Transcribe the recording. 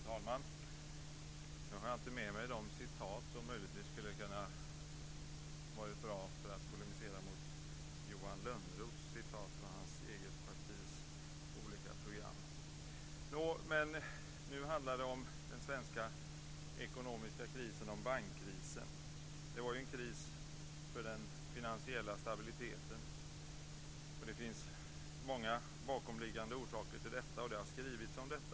Fru talman! Jag har inte med mig de citat som möjligtvis hade varit bra för att polemisera mot Johan Lönnroths citat från hans eget partis olika program. Nu handlar det om den svenska ekonomiska krisen, bankkrisen. Det var en kris för den finansiella stabiliteten. Det fanns många bakomliggande orsaker till detta, och det har skrivits mycket om detta.